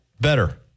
better